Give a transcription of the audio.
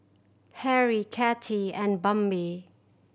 Harrie Katy and Bambi